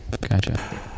gotcha